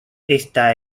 esta